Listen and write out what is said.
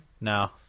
No